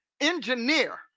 engineer